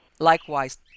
Likewise